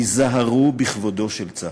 היזהרו בכבודו של צה"ל.